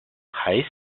heiß